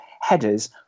headers